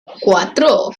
cuatro